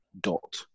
dot